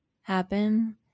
happen